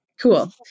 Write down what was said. cool